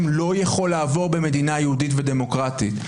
לא יכול לעבור במדינה יהודית ודמוקרטית.